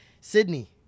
Sydney